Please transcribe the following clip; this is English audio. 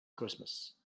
christmas